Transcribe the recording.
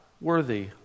worthy